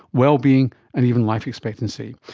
well-being and even life expectancy.